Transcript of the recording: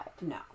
No